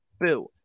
Boo